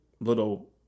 little